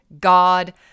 God